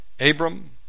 Abram